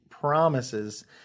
promises